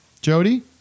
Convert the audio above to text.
Jody